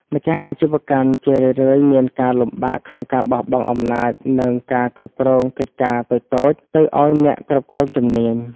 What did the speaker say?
ម្ចាស់អាជីវកម្មជារឿយៗមានការលំបាកក្នុងការបោះបង់អំណាច និងការគ្រប់គ្រងកិច្ចការតូចតាច ទៅឱ្យអ្នកគ្រប់គ្រងជំនាញ។